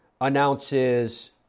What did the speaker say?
announces